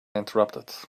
interrupted